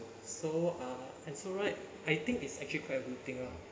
so uh so right I think it's actually quite a good thing lah